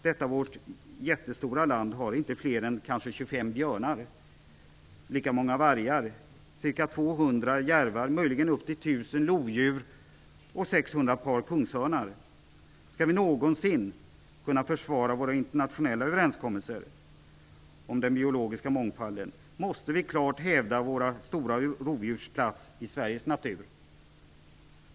Detta vårt jättestora land har inte fler än kanske 25 björnar, lika många vargar, ca 200 järvar, möjligen upp till 1 000 lodjur och 600 par kungsörnar. Skall vi någonsin kunna försvara våra internationella överenskommelser om den biologiska mångfalden måste vi klart hävda våra stora rovdjurs plats i Sveriges natur.